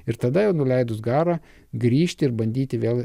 ir tada jau nuleidus garą grįžti ir bandyti vėl